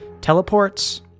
teleports